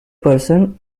person